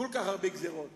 עוד כל כך הרבה גזירות